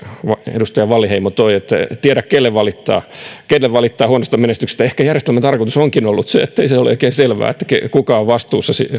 edustaja wallinheimo toi että ei tiedä kenelle valittaa huonosta menestyksestä ehkä järjestelmän tarkoitus onkin ollut se ettei ole oikein selvää kuka on vastuussa